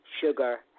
Sugar